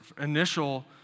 initial